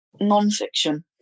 Non-fiction